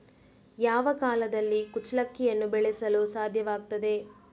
ಯಾವ ಕಾಲದಲ್ಲಿ ಕುಚ್ಚಲಕ್ಕಿಯನ್ನು ಬೆಳೆಸಲು ಸಾಧ್ಯವಾಗ್ತದೆ?